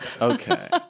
Okay